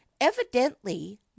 evidently